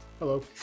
Hello